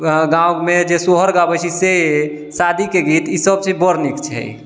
वहाँ गाँवमे जे सोहर गाबै छै से शादीके गीत ईसब चीज बड़ नीक छै